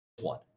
one